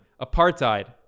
apartheid